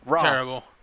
Terrible